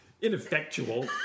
Ineffectual